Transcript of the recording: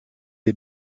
les